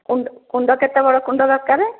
କୁଣ୍ଡ କୁଣ୍ଡ କେତେ ବଡ଼ କୁଣ୍ଡ ଦରକାର